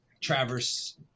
Traverse